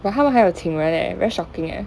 but 他们还有请人了 very shocking eh